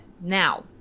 now